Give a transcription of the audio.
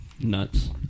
nuts